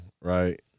right